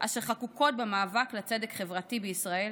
אשר חקוקות במאבק לצדק חברתי בישראל,